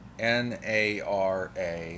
NARA